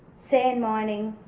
sand mining,